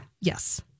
Yes